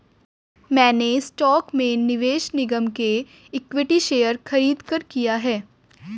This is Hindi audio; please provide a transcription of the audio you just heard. मैंने स्टॉक में निवेश निगम के इक्विटी शेयर खरीदकर किया है